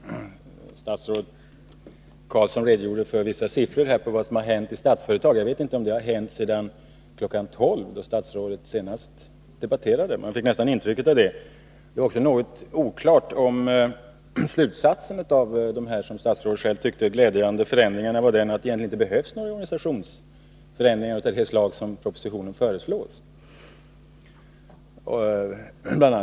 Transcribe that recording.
Fru talman! Statsrådet Roine Carlsson redogjorde för vissa siffror på vad som har hänt i Statsföretag AB. Jag vet inte om detta har hänt sedan kl. 12 i dag, då statsrådet senast debatterade. Man fick nästan ett intryck av det. Det är också oklart om slutsatsen av de här, som statsrådet själv tyckte, glädjande förändringarna var att det egentligen inte behövdes några organisationsförändringar av det slag som föreslås i propositionen. Bl.